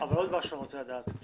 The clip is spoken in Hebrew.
עוד משהו אני רוצה לדעת.